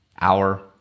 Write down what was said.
hour